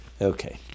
Okay